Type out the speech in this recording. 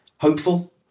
hopeful